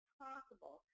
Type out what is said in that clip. possible